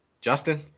Justin